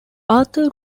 arthur